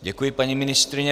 Děkuji, paní ministryně.